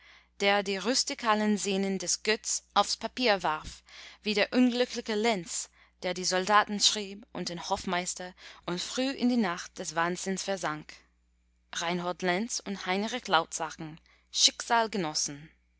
der die rustikalen szenen des götz aufs papier warf wie der unglückliche lenz der die soldaten schrieb und den hofmeister und früh in die nacht des wahnsinns versank reinhold lenz und heinrich lautensack